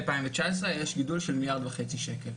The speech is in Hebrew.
מ-2019 יש גידול של מיליארד וחצי שקלים.